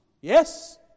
Yes